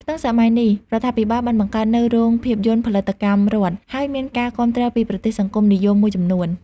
ក្នុងសម័យនេះ រដ្ឋាភិបាលបានបង្កើតនូវ រោងភាពយន្តផលិតកម្មរដ្ឋ ហើយមានការគាំទ្រពីប្រទេសសង្គមនិយមមួយចំនួន។